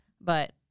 But-